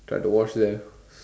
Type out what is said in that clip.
try to watch there